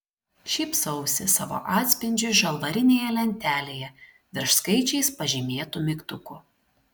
šypsausi savo atspindžiui žalvarinėje lentelėje virš skaičiais pažymėtų mygtukų